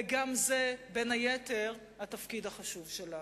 וגם זה בין היתר התפקיד החשוב שלנו.